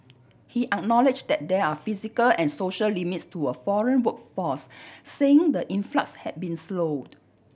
he acknowledged that there are physical and social limits to a foreign workforce saying the influx had been slowed